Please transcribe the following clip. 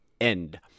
end